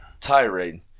tirade